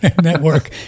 network